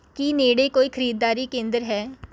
ਕੀ ਨੇੜੇ ਕੋਈ ਖਰੀਦਦਾਰੀ ਕੇਂਦਰ ਹੈ